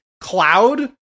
Cloud